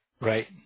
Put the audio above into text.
Right